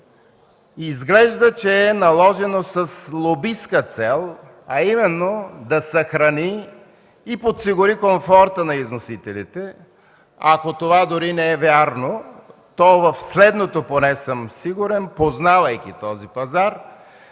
изглежда, че е наложено с лобистка цел, а именно да съхрани и подсигури комфорта на износителите. Ако това дори не е вярно, то в следното поне съм сигурен, познавайки този пазар: